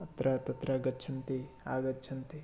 अत्र तत्र गच्छन्ति आगच्छन्ति